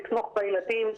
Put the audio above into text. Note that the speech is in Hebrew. לתמוך בילדים,